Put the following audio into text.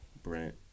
Brent